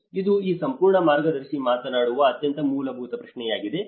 ಇದು ಈ ಸಂಪೂರ್ಣ ಮಾರ್ಗದರ್ಶಿ ಮಾತನಾಡುವ ಅತ್ಯಂತ ಮೂಲಭೂತ ಪ್ರಶ್ನೆಯಾಗಿದೆ